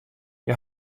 hja